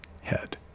head